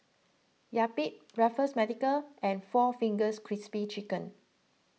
Yupi Raffles Medical and four Fingers Crispy Chicken